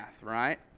right